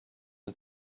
mir